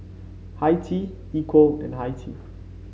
Hi Tea Equal and Hi Tea